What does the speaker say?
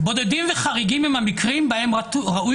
"בודדים וחריגים הם המקרים בהם ראוי